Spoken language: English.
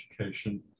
education